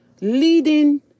leading